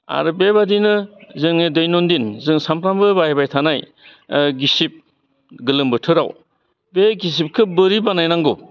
आरो बेबादिनो जोङो दैनन दिन जों साबफ्रामबो बाहायबाय थानाय गिसिब गोलोम बोथोराव बे गिसिबखौ बोरै बानायनांगौ